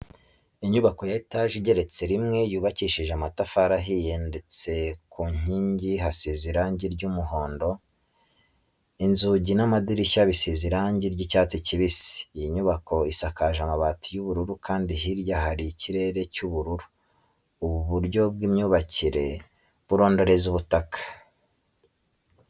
Inyubako ya etaje igeretse rimwe yubakishije amatafari ahiye ndetse ku nkingi hasize irange ry'umuhondo, inzugi n'amadirishya bisize irange ry'icyatsi kibisi. Iyi nyubako isakaje amabati y'ubururu kandi hirya hari ikirere cy'ubururu. Ubu buryo bw'imyubakire burondereza ubutaka.